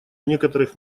некоторых